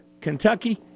Kentucky